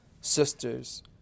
sisters